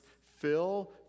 fill